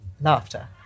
laughter